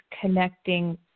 connecting